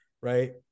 right